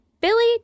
Billy